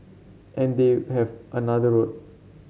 and they have another road